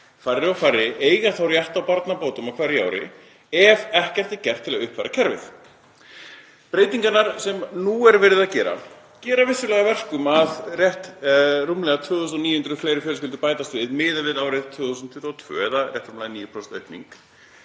færri og færri eiga þá rétt á barnabótum á hverju ári ef ekkert er gert til að uppfæra kerfið. Breytingarnar sem nú er verið að gera, gera það vissulega að verkum að rúmlega 2.900 fleiri fjölskyldur bætast við miðað við árið 2022, sem er rétt rúmlega 9% aukning.